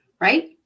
Right